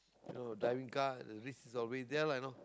you know driving car the risk is always there lah you know